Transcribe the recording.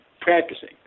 practicing